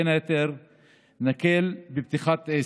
בין היתר נקל בפתיחת עסק,